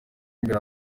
imbere